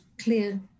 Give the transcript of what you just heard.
clear